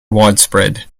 widespread